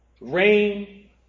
Rain